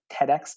TEDx